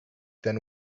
than